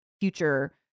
future